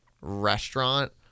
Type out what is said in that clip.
restaurant